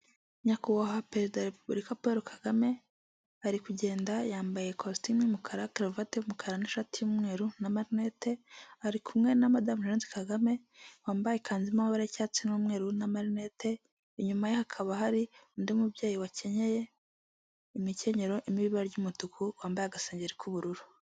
Inzu y'ubucuruzi m'ibara ry'ubururu, umuhondo yanditseho amagambo rebanoni hoteli utuyira tunyurwa mo n'abanyamaguru ibidukikije birimo indabo ndetse ibara ry'umukara n'umweru.